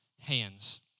hands